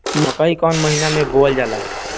मकई कौन महीना मे बोअल जाला?